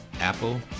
Apple